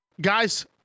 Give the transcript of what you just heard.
guys